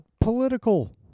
political